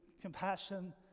compassion